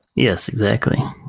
yes, exactly.